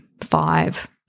five